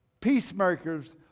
peacemakers